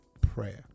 Prayer